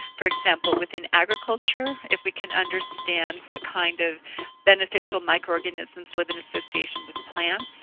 for example, within agriculture if we can understand what kind of beneficial microorganisms live in association with plants,